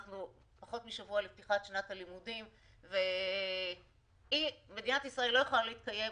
אנחנו פחות משבוע לפתיחת שנת הלימודים ומדינת ישראל לא יכולה להתקיים,